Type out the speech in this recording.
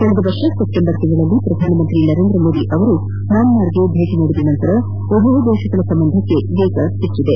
ಕಳೆದ ವರ್ಷ ಸೆಪ್ಟೆಂಬರ್ನಲ್ಲಿ ಪ್ರಧಾನಿ ನರೇಂದ್ರಮೋದಿ ಮ್ಯಾನ್ಮಾರ್ಗೆ ಭೇಟಿ ನೀಡಿದ ನಂತರ ಉಭಯ ರಾಷ್ಟ್ರಗಳ ಸಂಬಂಧಕ್ಕೆ ವೇಗ ದೊರಕಿದೆ